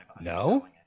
No